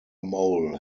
mole